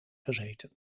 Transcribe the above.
gezeten